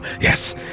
Yes